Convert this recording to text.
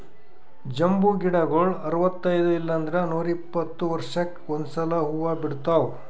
bamboo ಗಿಡಗೊಳ್ ಅರವತೈದ್ ಇಲ್ಲಂದ್ರ ನೂರಿಪ್ಪತ್ತ ವರ್ಷಕ್ಕ್ ಒಂದ್ಸಲಾ ಹೂವಾ ಬಿಡ್ತಾವ್